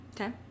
Okay